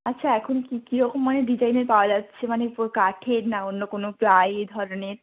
আচ্ছা এখন কী কী রকম মানে ডিজাইনের পাওয়া যাচ্ছে মানে পুরো কাঠের না অন্য কোনো প্লাই এই ধরনের